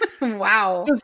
Wow